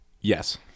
Yes